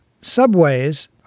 Subways